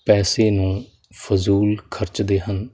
ਪੈਸੇ ਨੂੰ ਫਜ਼ੂਲ ਖਰਚਦੇ ਹਨ